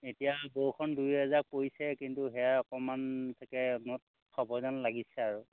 এতিয়া বৰষুণ দুই এজাক পৰিছে কিন্তু সেয়া অকণমান থাকে মোৰ হ'ব যেন লাগিছে আৰু